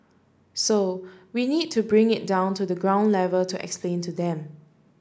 so we need to bring it down to the ground level to explain to them